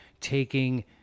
taking